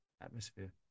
atmosphere